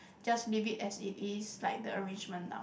just leave it as it is like the arrangement now